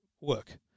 work